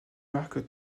marques